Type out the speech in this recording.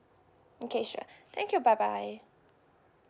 okay sure thank you bye bye